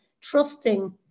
trusting